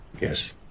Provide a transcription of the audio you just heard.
Yes